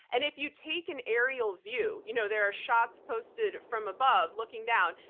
and if you take an aerial view, you know there are shots posted from above looking down,